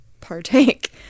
partake